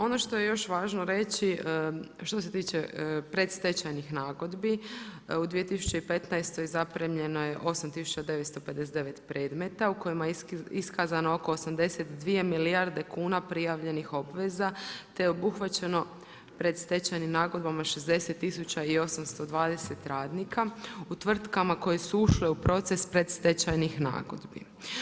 Ono što je još važno reći, što se tiče predstečajnih nagodbi u 2015. zapremljeno je 8959 predmeta u kojem je iskazano oko 82 milijarde kuna prijavljenih obveza, te je obuhvaćeno predstečajnim nagodbama 60820 radnika, u tvrtkama koje su ušle u proces predstečajnih nagodbi.